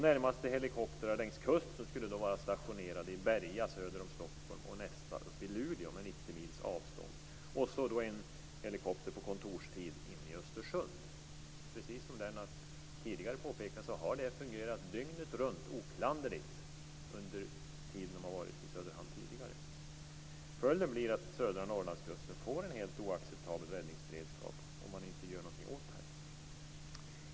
Närmaste helikoptrar längs kust skulle vara stationerade i Berga söder om Stockholm och i Luleå med 90 mils avstånd samt en helikopter på kontorstid inne i Östersund. Precis som Lennart Rohdin tidigare påpekade har det hela fungerat dygnet runt oklanderligt under den tid de varit i Söderhamn. Följden blir att södra Norrlandskusten får en klart oacceptabel räddningsberedskap om man inte gör något åt detta.